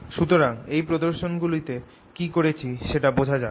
সুতরাং এই প্রদর্শন গুলো তে কি করেছি সেটা বোঝা যাক